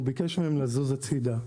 הוא ביקש מהם לזוז הצידה.